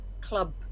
Club